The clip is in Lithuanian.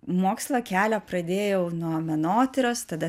mokslo kelią pradėjau nuo menotyros tada